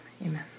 Amen